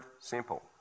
simple